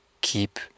keep